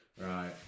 right